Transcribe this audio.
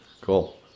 Cool